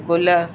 गुल